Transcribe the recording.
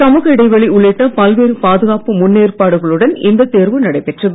சமூக இடைவெளி உள்ளிட்ட பல்வேறு பாதுகாப்பு முன்னேற்பாடுகளுடன் இந்த தேர்வு நடைபெற்றது